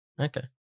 okay